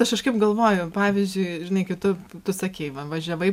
aš kažkaip galvoju pavyzdžiui žinai kai tu tu sakei va važiavai